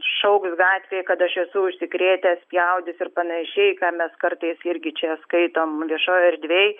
šauks gatvėj kad aš esu užsikrėtęs spjaudys ir panašiai ką mes kartais irgi čia skaitom viešojoj erdvėj